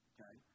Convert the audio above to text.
Okay